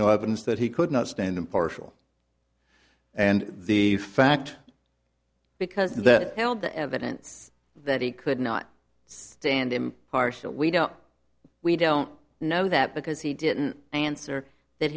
no evidence that he could not stand impartial and the fact because that held the evidence that he could not stand impartial we don't we don't know that because he didn't answer that